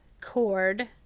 Cord